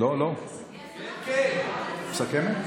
מסכמת?